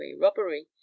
robbery